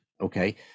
okay